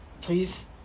Please